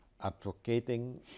Advocating